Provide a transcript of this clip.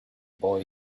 boy